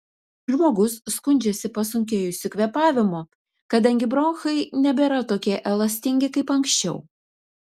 žmogus skundžiasi pasunkėjusiu kvėpavimu kadangi bronchai nebėra tokie elastingi kaip anksčiau